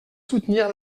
soutenir